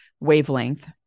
Wavelength